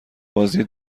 بازی